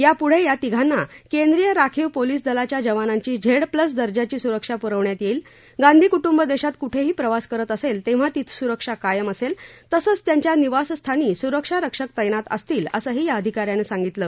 यापुढे या तिघांना केंद्रीय राखीव पोलीस दलाच्या जवानांची झेड प्लस दर्जाची सुरक्षा पुरवण्यात येईल गांधी कुटुंब देशात कुठेही प्रवास करत असेल तेव्हा ती सुरक्षा कायम असेल तसंच त्यांच्या निवास स्थानी सुरक्षा रक्षक तैनात असतील असं या अधिका यानं सांगितलं